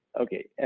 Okay